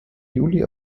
juli